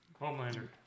Homelander